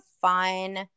fun